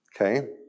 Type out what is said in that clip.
Okay